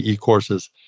courses